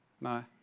no